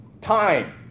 Time